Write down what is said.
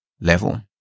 level